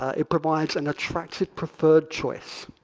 ah it provides an attractive preferred choice.